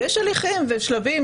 ויש הליכים ושלבים